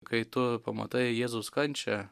kai tu pamatai jėzaus kančią